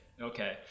okay